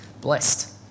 blessed